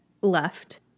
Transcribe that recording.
left